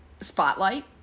Spotlight